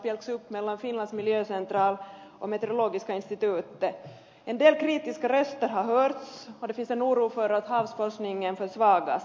en del kritiska röster har hörts och det finns en oro för att havsforskningen försvagas